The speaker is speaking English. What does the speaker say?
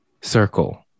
Circle